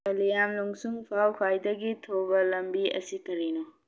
ꯀꯂꯤꯌꯥꯝ ꯂꯨꯡꯁꯨꯡ ꯐꯥꯎ ꯈ꯭ꯋꯥꯏꯗꯒꯤ ꯊꯨꯕ ꯂꯝꯕꯤ ꯑꯁꯤ ꯀꯔꯤꯅꯣ